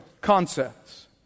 concepts